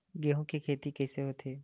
गेहूं के खेती कइसे होथे?